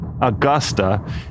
Augusta